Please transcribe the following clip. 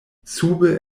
sube